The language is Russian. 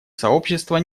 сообщество